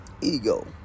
Ego